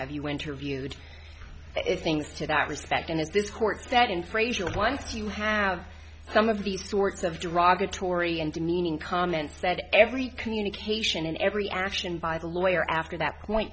you interviewed it's things to that respect and is this court that in frazier's once you have some of these sorts of derogatory and demeaning comments that every communication in every action by the lawyer after that point